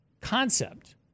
concept